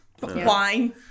Wine